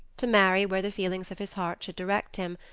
to marry where the feelings of his heart should direct him,